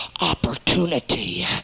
opportunity